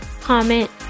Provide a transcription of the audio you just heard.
comment